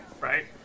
right